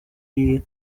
iyi